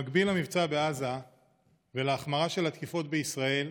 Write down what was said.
במקביל למבצע בעזה ולהחמרה של התקיפות בישראל,